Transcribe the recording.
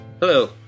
Hello